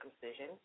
circumcision